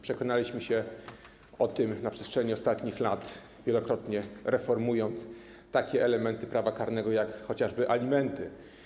Przekonaliśmy się o tym na przestrzeni ostatnich lat wielokrotnie, gdy reformowaliśmy takie elementy prawa karnego jak chociażby alimenty.